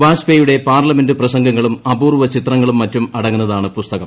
വാജ്പേയിയുടെ പാർലമെന്റ് പ്രസംഗങ്ങളും അപൂർവ്വ ചിത്രങ്ങളും മറ്റും അടങ്ങുന്നതാണ് പുസ്തകം